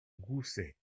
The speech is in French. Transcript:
gousset